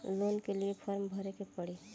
Loan के लिए form भरे के पड़ी?